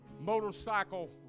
motorcycle